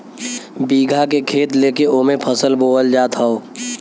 बीघा के खेत लेके ओमे फसल बोअल जात हौ